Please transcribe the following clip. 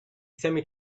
semi